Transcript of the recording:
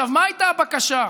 מה הייתה הבקשה?